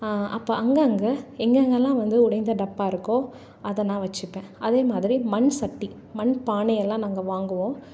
அப்போ அங்கங்கே எங்கெங்கல்லாம் வந்து உடைந்த டப்பா இருக்கோ அதை நான் வச்சுப்பேன் அதே மாதிரி மண்சட்டி மண்பானையெல்லாம் நாங்கள் வாங்குவோம்